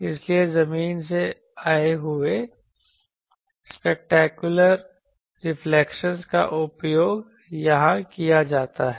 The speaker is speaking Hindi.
इसलिए जमीन से आए हुए स्पेक्यूलर रिफ्लेक्शनज़ का उपयोग यहां किया जाता है